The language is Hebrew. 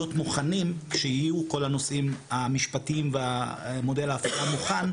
מוכנים כשיהיו כל הנושאים המשפטיים והמודל ההפעלה מוכן,